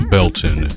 Belton